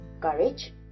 Courage